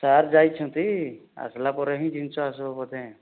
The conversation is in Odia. ସାର୍ ଯାଇଛନ୍ତି ଆସିଲା ପରେ ହିଁ ଜିନିଷ ଆସିବ ବୋଧେ